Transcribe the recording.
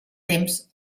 temps